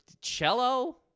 cello